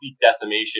decimation